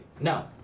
No